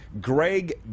Greg